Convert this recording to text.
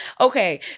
okay